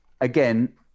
again